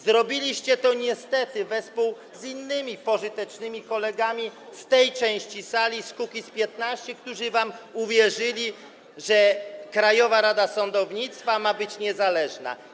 Zrobiliście to niestety wespół z innymi pożytecznymi kolegami z tej części sali, z Kukiz’15, którzy wam uwierzyli, że Krajowa Rada Sądownictwa ma być niezależna.